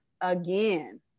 again